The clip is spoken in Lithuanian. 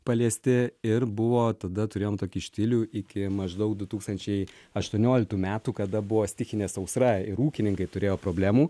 paliesti ir buvo tada turėjom tokį stilių iki maždaug du tūkstančiai aštuonioliktų metų kada buvo stichinė sausra ir ūkininkai turėjo problemų